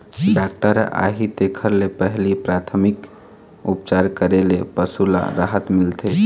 doctor ह आही तेखर ले पहिली पराथमिक उपचार करे ले पशु ल राहत मिलथे